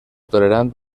tolerant